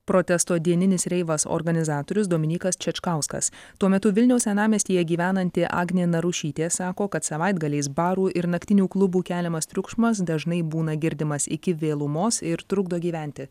protesto dieninis reivas organizatorius dominykas čečkauskas tuo metu vilniaus senamiestyje gyvenanti agnė narušytė sako kad savaitgaliais barų ir naktinių klubų keliamas triukšmas dažnai būna girdimas iki vėlumos ir trukdo gyventi